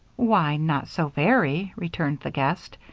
why, not so very, returned the guest.